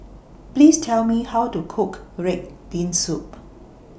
Please Tell Me How to Cook Red Bean Soup